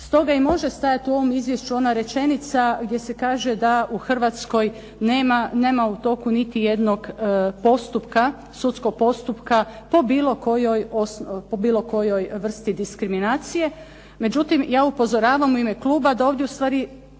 Stoga i može stajati u ovom izvješću ona rečenica gdje se kaže da u Hrvatskoj nema u toku niti jednog postupka, sudskog postupka po bilo kojoj vrsti diskriminacije. Međutim ja upozoravam u ime kluba da ovdje ustvari